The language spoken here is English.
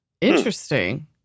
Interesting